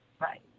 Right